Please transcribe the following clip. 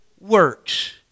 works